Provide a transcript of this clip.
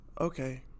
Okay